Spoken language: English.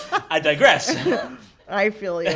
i digress i feel yeah